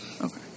Okay